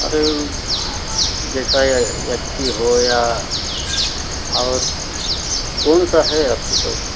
अरे जैसा H P हो या और कौन सा है आपके पास